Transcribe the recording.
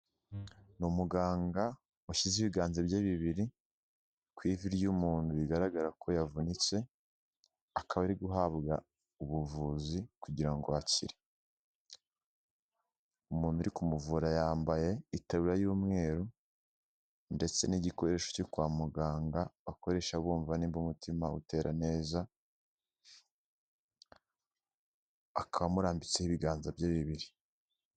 Ni umuganga washyize ibiganza bye bibiri ku ivi ry'umuntu bigaragara ko yavunitse akaba ari guhabwa ubuvuzi kugira ngo akire. Umuntu uri kumuvura yambaye itaburiya y'umweru ndetse n'igikoresho cyo kwa muganga bakoresha bumva nimba umutima utera neza, akaba amurambitseho ibiganza bye bibiri.